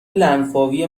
لنفاوی